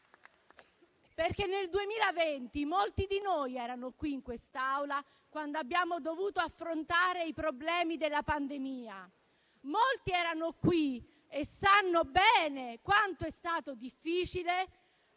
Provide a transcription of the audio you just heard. Nel 2020 molti di noi erano in quest'Aula, quando abbiamo dovuto affrontare i problemi della pandemia. Molti erano qui e sanno bene quanto è stato difficile